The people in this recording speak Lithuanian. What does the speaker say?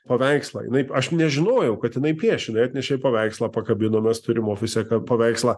paveikslą jinai aš nežinojau kad jinai piešia atnešė paveikslą pakabinom mes turim ofise paveikslą